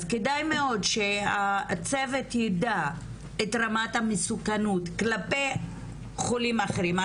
אז כדאי מאוד שהצוות יידע את רמת המסוכנות כלפי חולים אחרים.